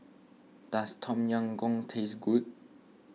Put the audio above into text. does Tom Yam Goong taste good